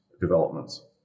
developments